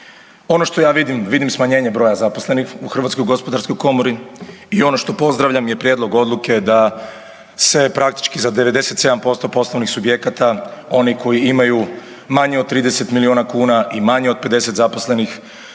Ono što ja vidim, vidim smanjenje broja zaposlenih u HGK-u i ono što pozdravljam je prijedlog odluke da se praktički za 97% poslovnih subjekata oni koji imaju manje od 30 milijuna kuna i manje od 50 zaposlenih,